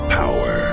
power